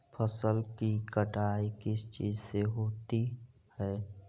फसल की कटाई किस चीज से होती है?